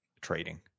trading